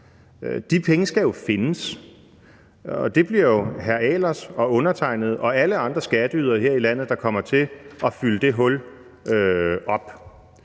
de penge jo findes. Og det bliver jo hr. Tommy Ahlers og undertegnede og alle andre skatteydere her i landet, der kommer til at fylde det hul op.